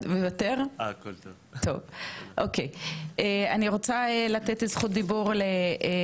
אז אני רוצה לתת זכות דיבור לעו"ד יונה שרקי,